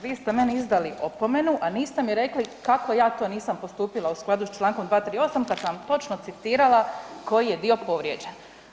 Vi ste meni izdali opomenu, a niste mi rekli kako ja to nisam postupila u skladu s Člankom 238. kad sam točno citirala koji je dio povrijeđen.